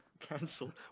cancelled